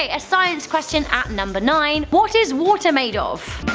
a science question at number nine what is water made of?